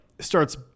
starts